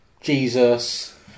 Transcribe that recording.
Jesus